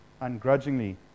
ungrudgingly